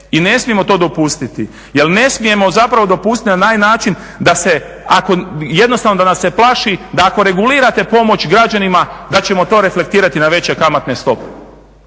i ne smijemo to dopustiti, jel ne smijemo zapravo dopustiti na način da se, ako jednostavno da nam se plaši, da ako regulirate pomoć građanima da ćemo to reflektirati na veće kamatne stope